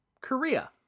Korea